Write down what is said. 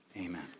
Amen